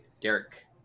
Derek